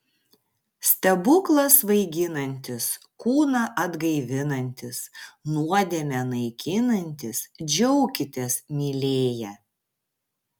stebuklas svaiginantis kūną atgaivinantis nuodėmę naikinantis džiaukitės mylėję